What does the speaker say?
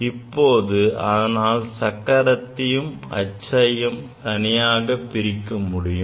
இப்போது அதனால் சக்கரத்தையும் அச்சையும் தனித்தனியாக பிரிக்க முடியும்